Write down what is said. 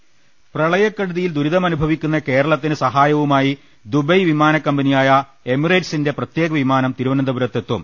ള്ളട്ടരിട പ്രളയക്കെടുതിയിൽ ദുരിതമനുഭവിക്കുന്ന കേരളത്തിന് സഹായവുമായി ദുബൈ വിമാനക്കമ്പനിയായ എമിറേറ്റ്സിന്റെ പ്രത്യേക വിമാനം തിരു വനന്തപുരത്തെത്തും